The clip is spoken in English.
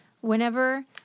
Whenever